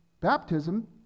baptism